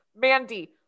mandy